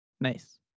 Nice